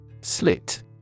Slit